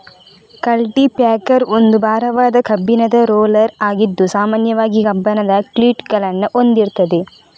culti packer ಒಂದು ಭಾರವಾದ ಕಬ್ಬಿಣದ ರೋಲರ್ ಆಗಿದ್ದು ಸಾಮಾನ್ಯವಾಗಿ ಕಬ್ಬಿಣದ ಕ್ಲೀಟುಗಳನ್ನ ಹೊಂದಿರ್ತದೆ